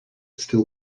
still